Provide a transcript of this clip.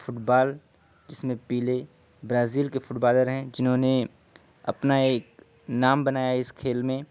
fit بال جس میں Pele Brazil کے فٹ بالر ہیں جنہوں نے اپنا ایک نام بنایا ہے اس کھیل میں